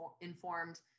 informed